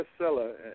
bestseller